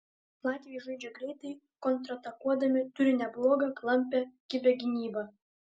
latviai žaidžia greitai kontratakuodami turi neblogą klampią kibią gynybą